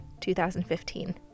2015